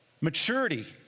Maturity